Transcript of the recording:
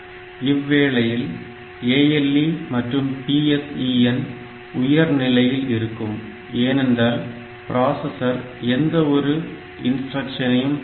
இவ்வேளையில் ALE மற்றும் PSEN உயர் நிலையில் இருக்கும் ஏனென்றால் பிராசஸர் எந்த ஒரு இன்ஸ்டிரக்ஷனையும் பெறவில்லை